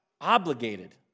obligated